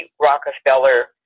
Rockefeller